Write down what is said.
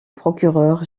procureur